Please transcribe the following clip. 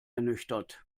ernüchtert